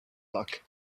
luck